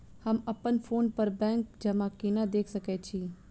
हम अप्पन फोन पर बैंक जमा केना देख सकै छी?